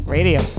Radio